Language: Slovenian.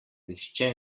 nihče